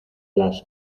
las